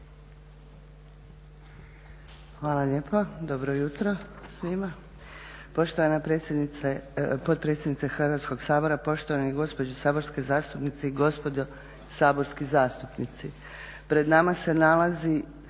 Hvala lijepa. Dobro jutro svima.